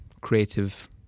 creative